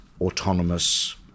autonomous